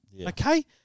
okay